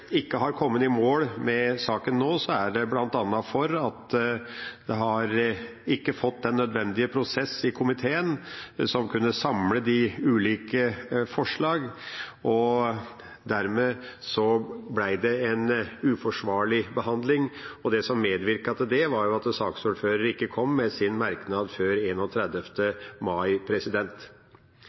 ikke har kommet i mål med saken nå, er det bl.a. fordi den ikke har fått den nødvendige prosess i komiteen som kunne samle de ulike forslagene, og dermed ble det en uforsvarlig behandling. Det som medvirket til det, var at saksordføreren ikke kom med sin merknad før 31. mai.